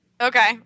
okay